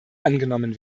angenommen